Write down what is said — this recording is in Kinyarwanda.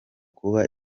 kuba